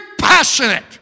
passionate